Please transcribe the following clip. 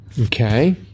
Okay